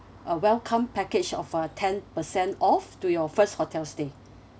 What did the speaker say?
a welcome package of a ten percent off to your first hotel stay